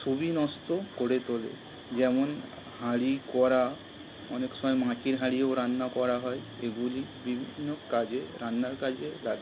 সুবিন্যস্ত করে তোলে যেমন হাঁড়ি কড়া অনেক সময় মাটির হাঁড়িও রান্না করা হয় এগুলি বিভিন্ন কাজে রান্নার কাজে লাগে